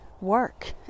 work